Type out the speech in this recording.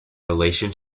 relation